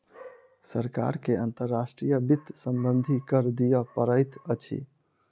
सरकार के अंतर्राष्ट्रीय वित्त सम्बन्धी कर दिअ पड़ैत अछि